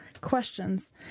questions